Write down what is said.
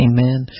Amen